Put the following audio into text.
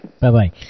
Bye-bye